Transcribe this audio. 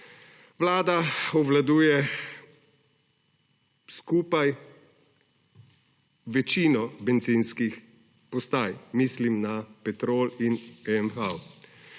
Vlada obvladuje skupaj večino bencinskih postaj, mislim na Petrol in OMV.